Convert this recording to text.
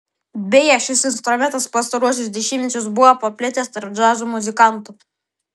beje šis instrumentas pastaruosius dešimtmečius buvo paplitęs tarp džiazo muzikantų